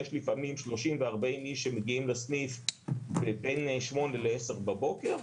יש לפעמים 30 ו-40 איש שמגיעים לסניף בין שמונה לעשר בבוקר,